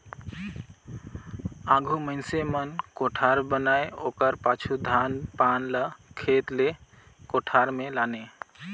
आघु मइनसे मन कोठार बनाए ओकर पाछू धान पान ल खेत ले कोठार मे लाने